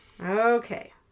Okay